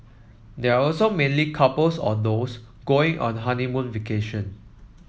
they are also mainly couples or those going on a honeymoon vacation